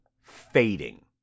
fading